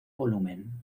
volumen